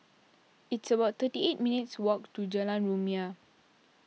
it's about thirty eight minutes' walk to Jalan Rumia